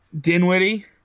Dinwiddie